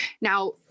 Now